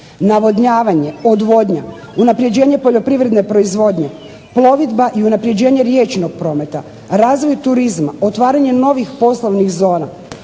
navodnjavanje, odvodnja, unapređivanje poljprivredne proizvodnje, plovidba i unapređenje riječnog prometa, razvoj turizma, otvaranjem novih poslovnih